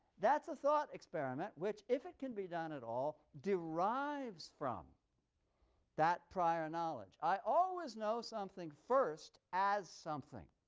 that's a thought experiment which, if it can be done at all, derives from that prior knowledge. i always know something first as something.